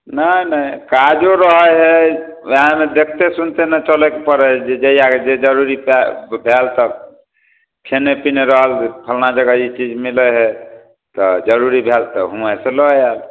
नहि नहि काजो रहै हय वएहमे देखते सुनिते ने चलैके पड़ै हय जे जहियाके जे जरूरीपर भेल तऽ खेने पिने रहल फल्लाँ जगह ई चीज मिलै हय जरूरी तऽ भेल तऽ उहाँ से लऽ आयल